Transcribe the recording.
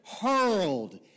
hurled